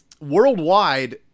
Worldwide